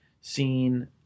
seen